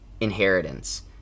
inheritance